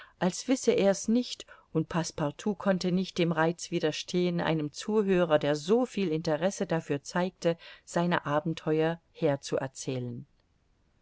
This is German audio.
als wisse er's nicht und passepartout konnte nicht dem reiz widerstehen einem zuhörer der soviel interesse dafür zeigte seine abenteuer herzuerzählen